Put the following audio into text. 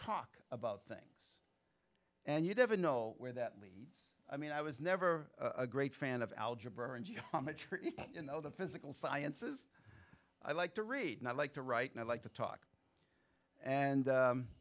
talk about things and you never know where that leads i mean i was never a great fan of algebra and you know the physical sciences i like to read and i like to write and i like to talk and